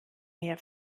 mehr